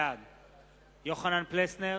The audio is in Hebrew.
בעד יוחנן פלסנר,